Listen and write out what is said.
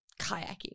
kayaking